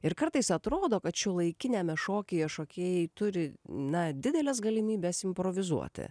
ir kartais atrodo kad šiuolaikiniame šokyje šokėjai turi na dideles galimybes improvizuoti